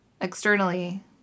externally